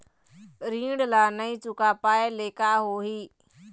ऋण ला नई चुका पाय ले का होही?